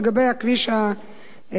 לגבי הכביש החדש.